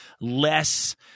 less